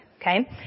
Okay